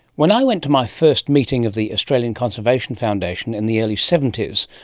when i went to my first meeting of the australian conservation foundation in the early seventy s,